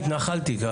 אני התנחלתי.